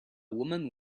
woman